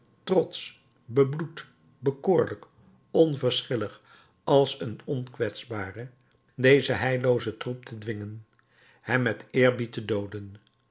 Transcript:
trotsch bebloed bekoorlijk onverschillig als een onkwetsbare dezen heilloozen troep te dwingen hem met eerbied te dooden